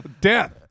Death